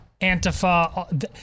Antifa